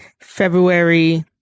February